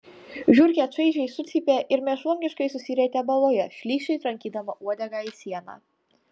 žiurkė čaižiai sucypė ir mėšlungiškai susirietė baloje šlykščiai trankydama uodegą į sieną